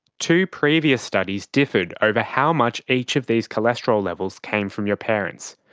two previous studies differed over how much each of these cholesterol levels came from your parents.